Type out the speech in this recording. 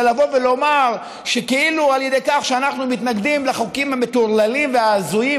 לבוא ולומר שכאילו על ידי כך שאנחנו מתנגדים לחוקים המטורללים וההזויים